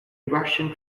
russian